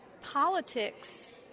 politics